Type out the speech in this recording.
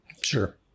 Sure